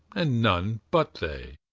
and none but they.